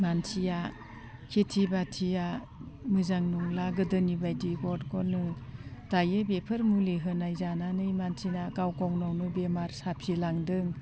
मानसिया खेथि बाथिया मोजां नंला गोदोनि बायदि गद गदनो दायो बेफोर मुलि होनाय जानानै मानसिना गाव गावनावनो बेमार साफिलांदों